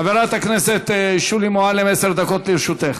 חברת הכנסת שולי מועלם, עשר דקות לרשותך.